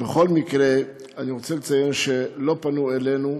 בכל מקרה, אני רוצה לציין שלא פנו אלינו,